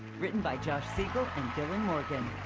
written by josh siegal and dylan morgan.